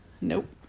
Nope